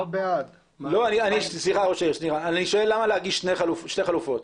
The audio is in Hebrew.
אני שואל למה להגיש שתי חלופות.